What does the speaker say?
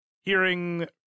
hearing